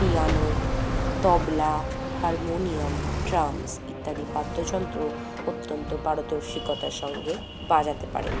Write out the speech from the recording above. piano tabla harmonium drums ইত্যাদি বাদ্যযন্ত্র অত্যন্ত পারদর্শিকতার সঙ্গে বাজাতে পারেন